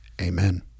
Amen